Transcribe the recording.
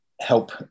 help